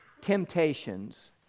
temptations